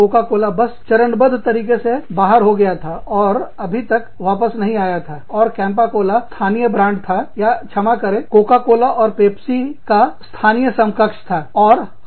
Coca Cola बस चरणबद्ध तरीके से बाहर हो गया था और अभी तक वापस नहीं आया था और कैंपा कोला स्थानीय ब्रांड था या क्षमा करें कोका कोला और पेप्सी का स्थानीय समकक्ष था